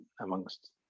amongst